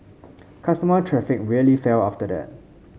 customer traffic really fell after that